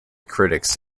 critics